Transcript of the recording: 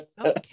Okay